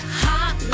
hot